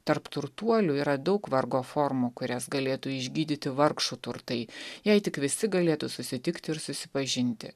tarp turtuolių yra daug vargo formų kurias galėtų išgydyti vargšų turtai jei tik visi galėtų susitikti ir susipažinti